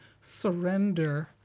surrender